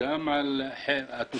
מוסכם על התושבים,